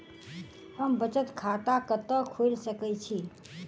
हम बचत खाता कतऽ खोलि सकै छी?